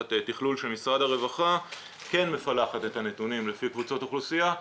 תחת תכלול של משרד הרווחה כן מפלחת את הנתונים לפי קבוצות אוכלוסייה,